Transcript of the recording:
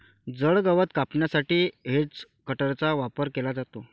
जड गवत कापण्यासाठी हेजकटरचा वापर केला जातो